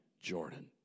Jordan